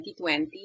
2020